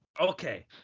Okay